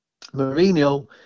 Mourinho